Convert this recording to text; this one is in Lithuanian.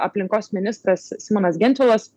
aplinkos ministras simonas gentvilas